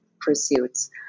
pursuits